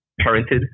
parented